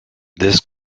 this